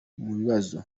mubibazo